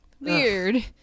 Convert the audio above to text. Weird